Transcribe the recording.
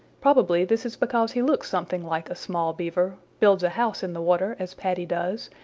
probably this is because he looks something like a small beaver, builds a house in the water as paddy does,